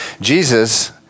Jesus